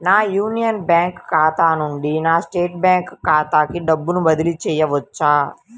నా union bank ఖాతా నుండి నా స్టేట్ బ్యాంకు ఖాతాకి డబ్బు బదిలి చేయవచ్చా?